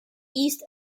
east